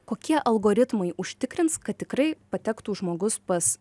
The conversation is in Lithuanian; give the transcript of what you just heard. kokie algoritmai užtikrins kad tikrai patektų žmogus pas